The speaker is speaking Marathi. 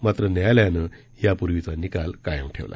मात्र न्यायालयानं यापूर्वीचा निकाल कायम ठेवला